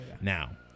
Now